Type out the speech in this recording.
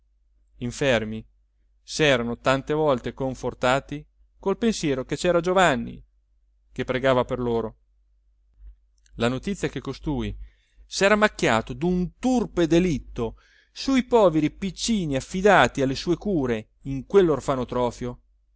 famiglia infermi s'erano tante volte confortati col pensiero che c'era giovanni che pregava per loro la notizia che costui s'era macchiato d'un turpe delitto su i poveri piccini affidati alle sue cure in quell'orfanotrofio